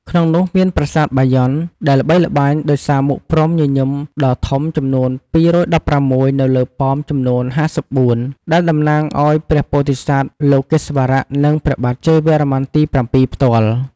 ក្នុងនោះមានប្រាសាទបាយ័ន ដែលល្បីល្បាញដោយសារមុខព្រហ្មញញឹមដ៏ធំចំនួន ២១៦ នៅលើប៉មចំនួន ៥៤ ដែលតំណាងឱ្យព្រះពោធិសត្វលោកេស្វរៈ និងព្រះបាទជ័យវរ្ម័នទី ៧ ផ្ទាល់។